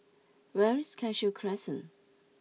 where is Cashew Crescent